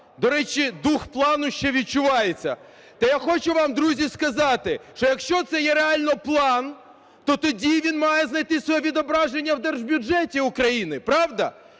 До речі, дух плану ще відчувається. То я хочу вам, друзі, сказати, що якщо це є реально план, то тоді він має знайти своє відображення у державному бюджеті України, правда?